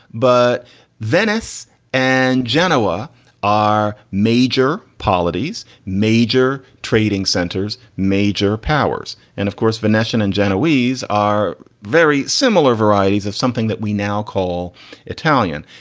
but venice and genoa are major polities, major trading centers, major powers. and of course, venetian and genoways are very similar varieties of something that we now call italian.